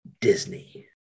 disney